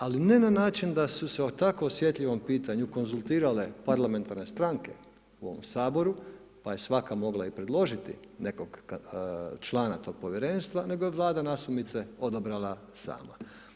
Ali, ne na način da su se o tako osjetljivom pitanju konzultirane parlamentarne stranke u ovom Saboru pa je svaka mogla i predložiti nekog člana tog povjerenstva, nego je Vlada nasumice odabrala sama.